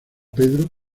pedro